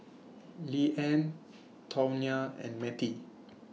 Leeann Tawnya and Mattie